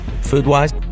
food-wise